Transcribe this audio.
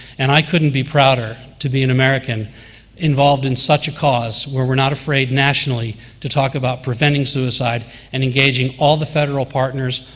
and i couldn't be prouder to be an american involved in such a cause, where we're not afraid nationally to talk about preventing suicide and engaging all the federal partners,